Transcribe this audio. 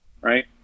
right